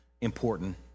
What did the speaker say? important